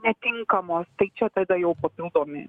netinkamos tai čia tada jau papildomi